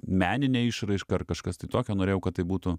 meninė išraiška ar kažkas tai tokio norėjau kad tai būtų